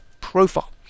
profile